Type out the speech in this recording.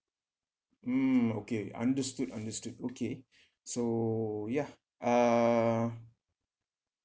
mm okay understood understood okay so yeah uh